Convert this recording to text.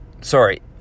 sorry